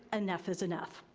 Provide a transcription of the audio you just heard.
enough is enough.